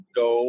go